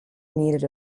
needed